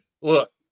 look